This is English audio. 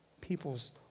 people's